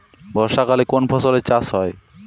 বর্ষাকালে কোন ফসলের চাষ হয়?